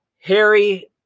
Harry